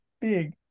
big